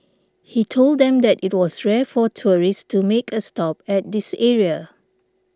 he told them that it was rare for tourists to make a stop at this area